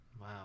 Wow